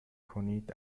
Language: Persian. کنید